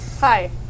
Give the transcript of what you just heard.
Hi